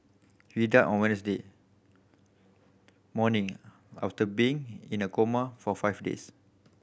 he died on Wednesday morning after being in a coma for five days